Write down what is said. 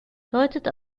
deutet